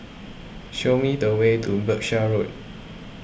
show me the way to Berkshire Road